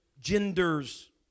genders